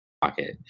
pocket